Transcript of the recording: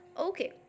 Okay